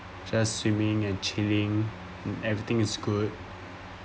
just swimming and chilling everything is good